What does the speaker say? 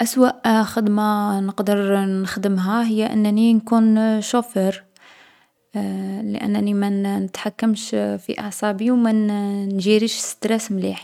أسوء خدمة نقدر نخدمها هي انني نكون شوفور. لأنني ما نـ نتحكمش في أعصابي و ما نـ نجيريش ستراس مليح.